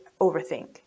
overthink